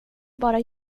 bara